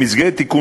במסגרת תיקון